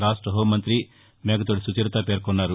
రాష్ట హోంమంఁతి మేకతోటి సుచరిత పేర్కొన్నారు